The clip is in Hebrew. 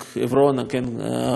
פרשת קצא"א,